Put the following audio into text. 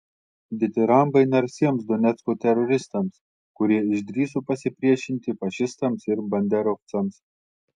ditirambai narsiems donecko teroristams kurie išdrįso pasipriešinti fašistams ir banderovcams